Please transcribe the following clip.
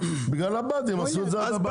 בגלל הבה"דים עשו את זה עד הבה"דים.